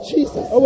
Jesus